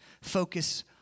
Focus